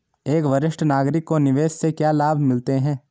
एक वरिष्ठ नागरिक को निवेश से क्या लाभ मिलते हैं?